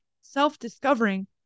self-discovering